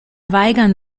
weigern